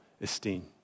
esteem